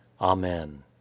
Amen